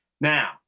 Now